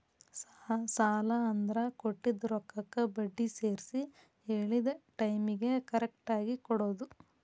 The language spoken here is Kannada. ಸಾಲ ಅಂದ್ರ ಕೊಟ್ಟಿದ್ ರೊಕ್ಕಕ್ಕ ಬಡ್ಡಿ ಸೇರ್ಸಿ ಹೇಳಿದ್ ಟೈಮಿಗಿ ಕರೆಕ್ಟಾಗಿ ಕೊಡೋದ್